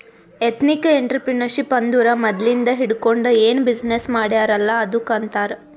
ethnic entrepreneurship ಅಂದುರ್ ಮದ್ಲಿಂದ್ ಹಿಡ್ಕೊಂಡ್ ಏನ್ ಬಿಸಿನ್ನೆಸ್ ಮಾಡ್ಯಾರ್ ಅಲ್ಲ ಅದ್ದುಕ್ ಆಂತಾರ್